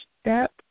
step